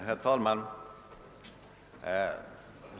Herr talman!